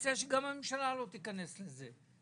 מציע שגם הממשלה לא תיכנס לזה.